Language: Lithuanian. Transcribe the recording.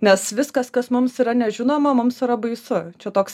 nes viskas kas mums yra nežinoma mums yra baisu čia toks